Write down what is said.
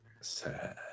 Sad